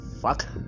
Fuck